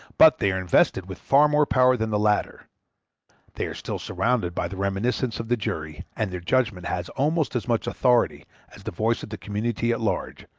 but they are invested with far more power than the latter they are still surrounded by the reminiscence of the jury, and their judgment has almost as much authority as the voice of the community at large,